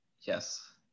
Yes